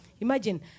Imagine